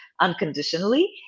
unconditionally